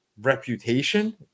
reputation